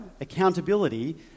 Accountability